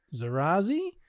Zarazi